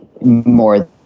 more